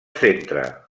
centre